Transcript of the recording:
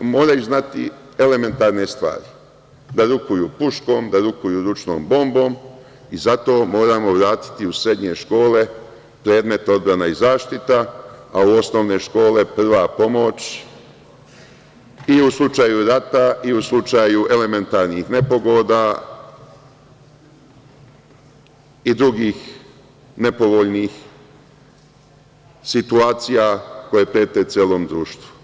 moraju znati elementarne stvari – da rukuju puškom, da rukuju ručnom bombom i zato moramo vratiti u srednje škole predmet odbrana i zaštita, a u osnovne škole prva pomoć i u slučaju rata i u slučaju elementarnih nepogoda i drugih nepovoljnih situacija koje prete celom društvu.